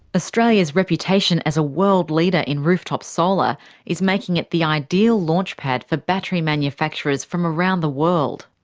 australia's reputation as a world leader in rooftop solar is making it the ideal launch pad for battery manufacturers from around the world.